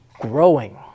growing